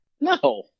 No